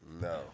No